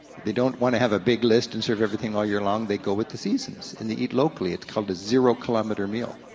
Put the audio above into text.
they don't wanna have a big list and serve everything all year long, they go with the season, and they eat locally. it's called a zero kilometer meal.